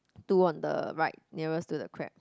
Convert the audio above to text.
two on the right nearest to the crab